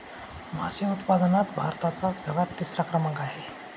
मासे उत्पादनात भारताचा जगात तिसरा क्रमांक आहे